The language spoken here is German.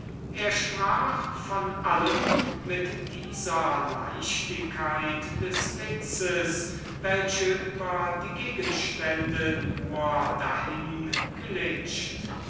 er sprach von allem mit dieser leichtigkeit des witzes welche nur über die gegenstände dahinglitscht